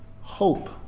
Hope